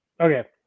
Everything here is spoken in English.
Okay